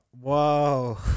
whoa